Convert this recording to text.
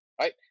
right